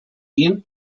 ihm